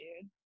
dude